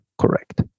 correct